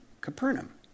Capernaum